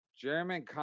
German